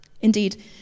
Indeed